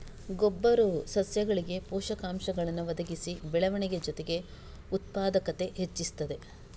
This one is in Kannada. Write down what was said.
ಗೊಬ್ಬರವು ಸಸ್ಯಗಳಿಗೆ ಪೋಷಕಾಂಶಗಳನ್ನ ಒದಗಿಸಿ ಬೆಳವಣಿಗೆ ಜೊತೆಗೆ ಉತ್ಪಾದಕತೆ ಹೆಚ್ಚಿಸ್ತದೆ